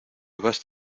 vas